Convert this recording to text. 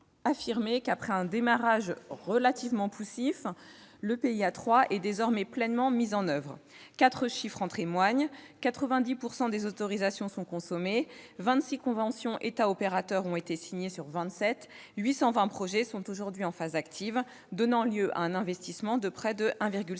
affirmer qu'après un démarrage relativement poussif le PIA 3 est désormais pleinement mis en oeuvre. Quatre chiffres en témoignent : 90 % des autorisations sont consommées, 26 conventions État-opérateurs ont été signées sur 27, 820 projets sont aujourd'hui en phase active, donnant lieu à un investissement de 1,7